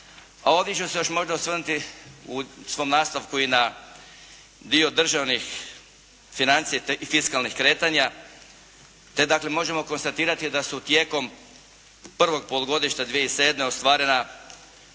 A ovdje ću se možda još osvrnuti u svom nastavku i na dio državnih financija i fiskalnih kretanja te dakle možemo konstatirati da su tijekom prvog polugodišta 2007. ostvarena